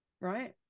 right